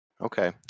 Okay